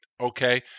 Okay